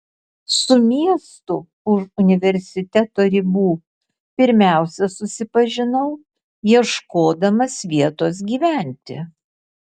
su miestu už universiteto ribų pirmiausia susipažinau ieškodamas vietos gyventi